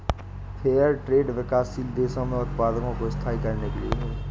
fair trade विकासशील देशों में उत्पादकों को स्थायी करने के लिए है